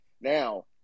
Now